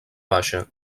baixa